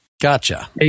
Gotcha